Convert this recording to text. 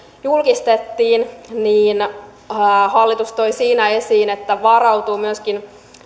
julkistettiin niin hallitus toi siinä esiin että se varautuu myöskin